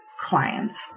clients